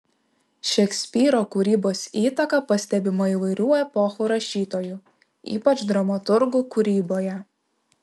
šekspyro kūrybos įtaka pastebima įvairių epochų rašytojų ypač dramaturgų kūryboje